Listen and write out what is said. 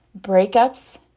breakups